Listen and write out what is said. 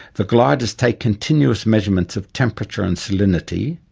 the gliders take continuous measurements of temperature and salinity,